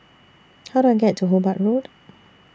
How Do I get to Hobart Road